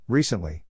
Recently